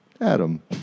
Adam